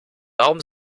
warum